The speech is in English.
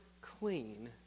clean